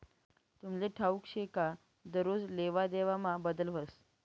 तुमले ठाऊक शे का दरोज लेवादेवामा बदल व्हस